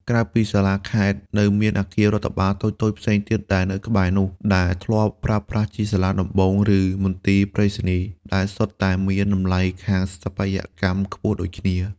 ក្រៅពីសាលាខេត្ត នៅមានអគាររដ្ឋបាលតូចៗផ្សេងទៀតដែលនៅក្បែរនោះ ដែលធ្លាប់ប្រើប្រាស់ជាសាលាដំបូង ឬមន្ទីរប្រៃសណីយ៍ ដែលសុទ្ធតែមានតម្លៃខាងស្ថាបត្យកម្មខ្ពស់ដូចគ្នា។